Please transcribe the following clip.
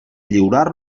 lliurar